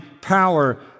power